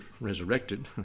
resurrected